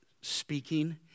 speaking